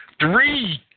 three